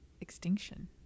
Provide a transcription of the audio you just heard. extinction